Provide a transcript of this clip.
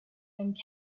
and